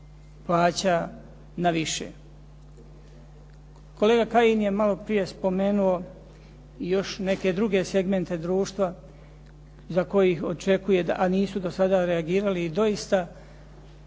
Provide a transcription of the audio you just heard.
Kolega Kajin je maloprije spomenuo još neke druge segmente društva za kojih očekuje, a nisu do sada reagirali i doista